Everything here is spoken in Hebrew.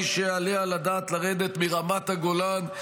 מי שיעלה על הדעת לרדת מרמת הגולן,